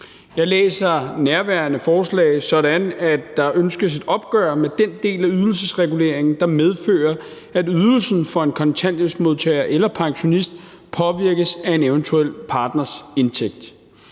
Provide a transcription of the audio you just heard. Jeg læser nærværende forslag sådan, at der ønskes et opgør med den del af ydelsesreguleringen, der medfører, at ydelsen for en kontanthjælpsmodtager eller pensionist påvirkes af en eventuel partners indtægt.